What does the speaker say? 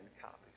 copies